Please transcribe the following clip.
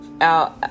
out